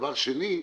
ודבר שני,